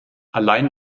allein